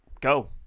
go